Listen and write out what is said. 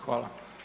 Hvala.